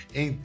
em